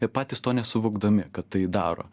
i patys to nesuvokdami kad tai daro